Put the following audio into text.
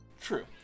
True